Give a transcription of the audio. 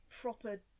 proper